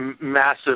massive